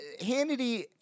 Hannity